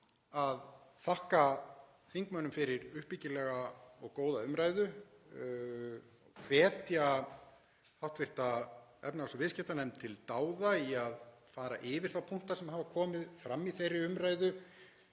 að þakka þingmönnum fyrir uppbyggilega og góða umræðu og hvetja hv. efnahags- og viðskiptanefnd til dáða í að fara yfir þá punkta sem hafa komið fram í þeirri umræðu.